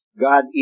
God